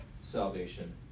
salvation